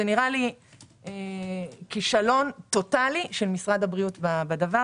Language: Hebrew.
נראה לי כישלון טוטלי של משרד הבריאות בעניין